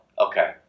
okay